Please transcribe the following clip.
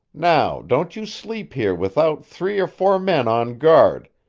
now, don't you sleep here without three or four men on guard,